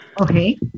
Okay